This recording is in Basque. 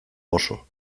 oso